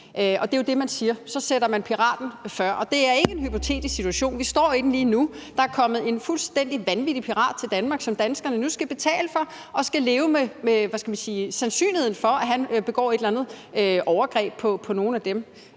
Det er jo det, man siger. Man sætter piraten først, og det er ikke en hypotetisk situation. Vi står i den lige nu. Der er kommet en fuldstændig vanvittig pirat til Danmark, som danskerne nu skal betale for, og danskere skal leve med sandsynligheden for, at han begår et eller andet overgreb på nogle af dem.